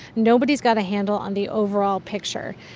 nobody's got a handle on the overall picture.